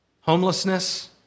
Homelessness